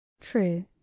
True